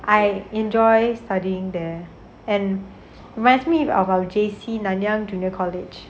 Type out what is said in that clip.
I enjoy studying there and reminds me of our J_C nanyang junior college